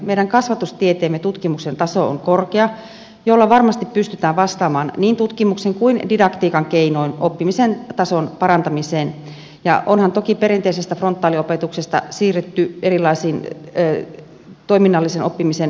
meidän kasvatustieteemme tutkimuksen taso on korkea ja sillä varmasti pystytään vastaamaan niin tutkimuksen kuin didaktiikan keinoin oppimisen tason parantamiseen ja onhan toki perinteisestä frontaaliopetuksesta siirrytty erilaisiin toiminnallisen oppimisen menetelmiin